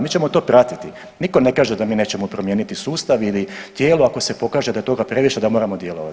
Mi ćemo to pratiti, nitko ne kaže da mi nećemo promijeniti sustav ili tijelo ako se pokaže da je toga previše da moramo djelovati.